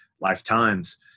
lifetimes